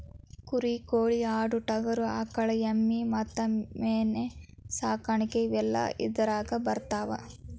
ಕುರಿ ಕೋಳಿ ಆಡು ಟಗರು ಆಕಳ ಎಮ್ಮಿ ಮತ್ತ ಮೇನ ಸಾಕಾಣಿಕೆ ಇವೆಲ್ಲ ಇದರಾಗ ಬರತಾವ